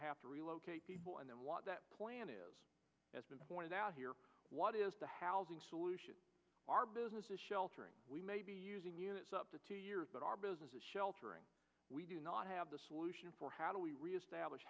have to relocate people and then what that plan is as been pointed out here what is the housing solution our business is sheltering we may be up to two years but our business is sheltering we do not have the solution for how do we reestablish